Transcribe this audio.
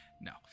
No